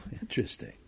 interesting